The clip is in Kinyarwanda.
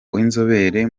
w’inzobere